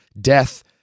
death